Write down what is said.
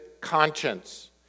conscience